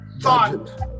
thought